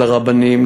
לרבנים,